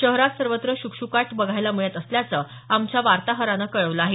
शहरात सर्वत्र शुकशुकाट बघायला मिळत असल्याचं आमच्या वातोहरानं कळवल आहे